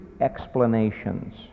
explanations